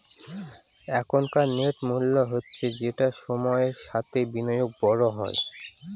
এখনকার নেট মূল্য হচ্ছে যেটা সময়ের সাথে বিনিয়োগে বড় হয়